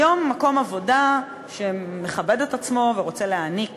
היום מקום עבודה שמכבד את עצמו ורוצה להעניק